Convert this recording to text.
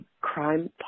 crime